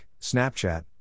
Snapchat